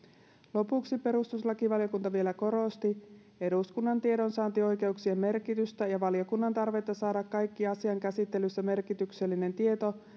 lopuksi perustuslakivaliokunta vielä korosti eduskunnan tiedonsaantioikeuksien merkitystä ja valiokunnan tarvetta saada kaikki asian käsittelyssä merkityksellinen tieto